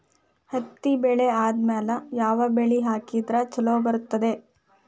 ಹತ್ತಿ ಬೆಳೆ ಆದ್ಮೇಲ ಯಾವ ಬೆಳಿ ಹಾಕಿದ್ರ ಛಲೋ ಬರುತ್ತದೆ?